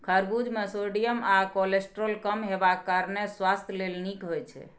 खरबुज मे सोडियम आ कोलेस्ट्रॉल कम हेबाक कारणेँ सुआस्थ लेल नीक होइ छै